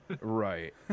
Right